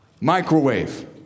microwave